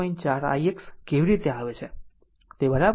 4 ix કેવી રીતે આવે છે તે બરાબર છે